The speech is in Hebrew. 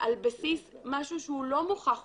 על בסיס משהו שהוא לא מוכח עובדתית.